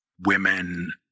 women